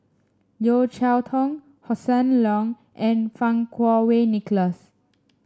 Yeo Cheow Tong Hossan Leong and Fang Kuo Wei Nicholas